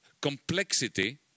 complexity